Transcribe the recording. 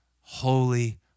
holy